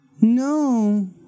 No